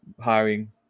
hiring